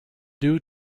due